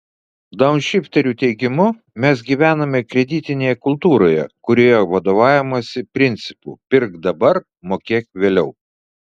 daunšifterių teigimu mes gyvename kreditinėje kultūroje kurioje vadovaujamasi principu pirk dabar mokėk vėliau